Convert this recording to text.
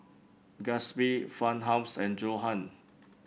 Gatsby Farmhouse and Johan